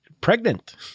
pregnant